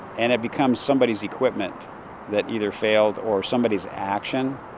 and it becomes somebody's equipment that either failed or somebody's action,